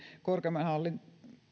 korkeimman hallinto